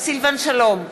סילבן שלום,